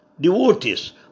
devotees